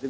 Det